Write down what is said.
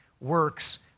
works